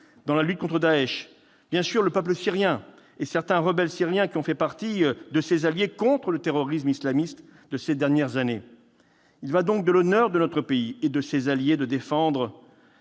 dans la lutte contre Daech. Le peuple syrien et certains rebelles syriens ont fait partie de nos alliés contre le terrorisme islamiste ces dernières années. Il y va donc de l'honneur de notre pays, et de ses alliés, de défendre